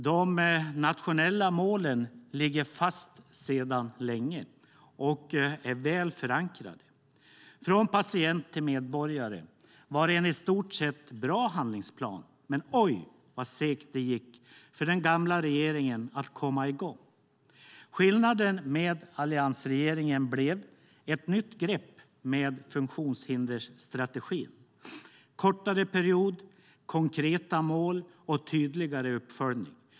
De nationella målen ligger fast sedan länge och är väl förankrade. Från patient till medborgare var en i stort sett bra handlingsplan. Men oj vad segt det gick för den gamla regeringen att komma i gång! Skillnaden med alliansregeringen blev ett nytt grepp med funktionshindersstrategin - kortare period, konkreta mål och tydligare uppföljning.